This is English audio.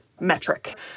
metric